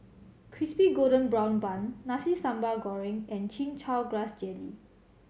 Crispy Golden Brown Bun Nasi Sambal Goreng and Chin Chow Grass Jelly